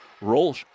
roll